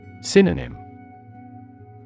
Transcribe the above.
Synonym